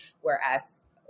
Whereas